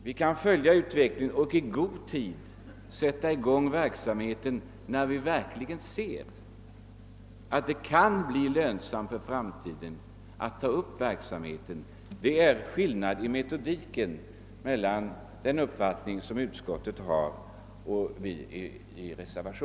Vi kan ändå följa utvecklingen och i god tid sätta i gång verksamheten när vi ser att detta verkligen är lönsamt. Det är i fråga om metodiken som utskottsmajoritetens och reservanternas uppfattning skiljer sig.